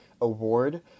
award